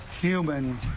human